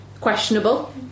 Questionable